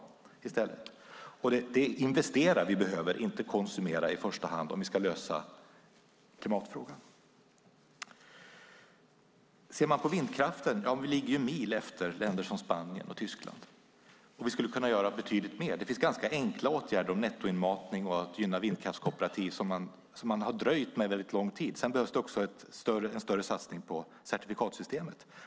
Vi behöver investera, inte konsumera i första hand om vi ska lösa klimatfrågan. Ser vi på vindkraften ligger vi mil efter länder som Spanien och Tyskland. Vi skulle kunna göra betydligt mer genom ganska enkla åtgärder som nettoinmatning och genom att gynna vindkraftskooperativ, vilket man dröjt med under väldigt lång tid. Sedan behövs också en större satsning på certifikatsystemet.